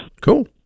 Cool